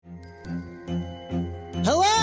Hello